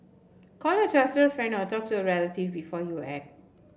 call a trusted friend or talk to a relative before you act